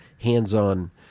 hands-on